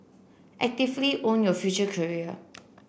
actively own your future career